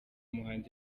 muhanzi